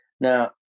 now